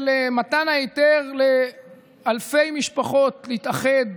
מתן היתר לאלפי משפחות להתאחד,